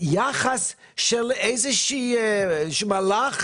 יחס של איזה שהוא מלאך.